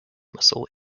muscle